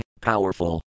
powerful